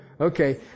Okay